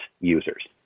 users